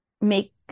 make